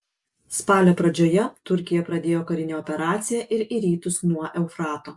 spalio pradžioje turkija pradėjo karinę operaciją ir į rytus nuo eufrato